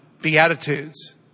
Beatitudes